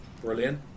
Brilliant